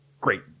Great